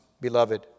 beloved